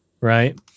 right